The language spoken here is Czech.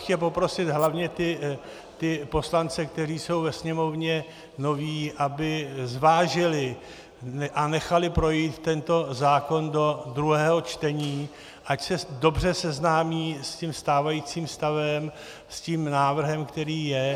Chtěl bych poprosit hlavně ty poslance, kteří jsou ve Sněmovně noví, aby zvážili a nechali projít tento zákon do druhého čtení, ať se dobře seznámí s tím stávajícím stavem, s tím návrhem, který je.